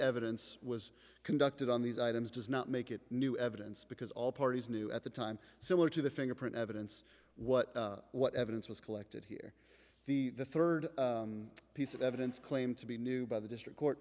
evidence was conducted on these items does not make it new evidence because all parties knew at the time similar to the fingerprint evidence what what evidence was collected here the third piece of evidence claim to be new by the district court